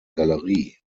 galerie